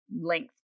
length